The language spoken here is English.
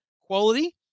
quality